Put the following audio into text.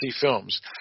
Films